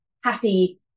happy